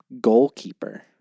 goalkeeper